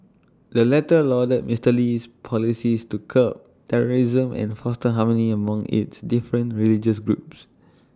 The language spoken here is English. the latter lauded Mister Lee's policies to curb terrorism and foster harmony among its different religious groups